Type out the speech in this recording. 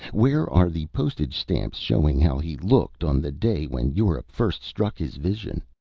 where are the postage-stamps showing how he looked on the day when europe first struck his vision?